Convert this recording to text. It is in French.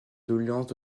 doléances